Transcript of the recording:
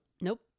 Nope